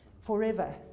forever